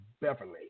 Beverly